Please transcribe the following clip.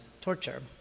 torture